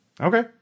Okay